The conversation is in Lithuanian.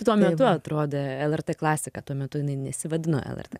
tuo metu atrodė lrt klasika tuo metu jinai nesivadino lrt